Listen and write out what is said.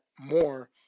more